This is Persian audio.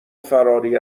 فراری